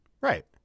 right